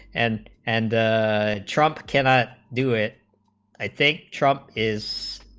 and and ah trump cannot do it i think trumped is